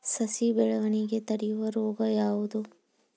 ಸಸಿ ಬೆಳವಣಿಗೆ ತಡೆಯೋ ರೋಗ ಯಾವುದು?